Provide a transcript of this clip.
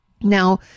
Now